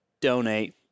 donate